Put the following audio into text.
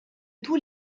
tous